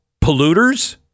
polluters